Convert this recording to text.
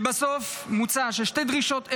לבסוף, מוצע ששתי דרישות אלו,